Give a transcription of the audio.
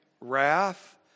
wrath